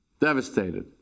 devastated